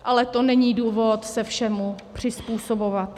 Ale to není důvod se všemu přizpůsobovat.